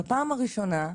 בפעם הראשונה,